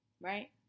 Right